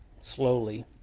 slowly